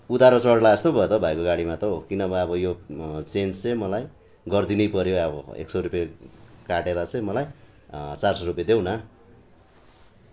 उधारो चढ्ला जस्तो भयो त भाइको गाडीमा त हौ कि नभए अब यो चेन्ज चाहिँ मलाई गरिदिनै पऱ्यो अब एस सौ रुपियाँ काटेर चाहिँ मलाई चार सौ रुपियाँ देऊ न